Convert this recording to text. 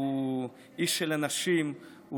הוא איש של אנשים,